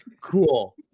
cool